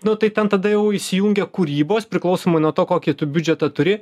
nu tai ten tada jau įsijungia kūrybos priklausomai nuo to kokį tu biudžetą turi